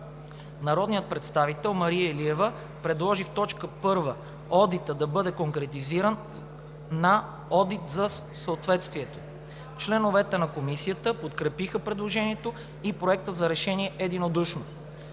Народният представител Мария Илиева предложи в т. 1 одита да бъде конкретизиран на „одит за съответствието“. Членовете на Комисията подкрепиха предложението и Проекта за решение единодушно.